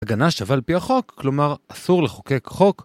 הגנה שווה על פי החוק, כלומר אסור לחוקק חוק